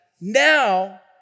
now